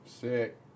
Sick